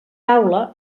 taula